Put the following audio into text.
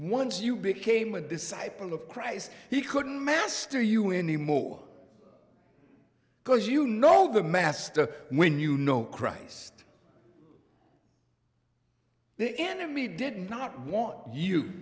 once you became a disciple of christ he couldn't master you anymore because you know the master when you know christ the enemy did not want you